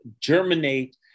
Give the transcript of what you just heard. germinate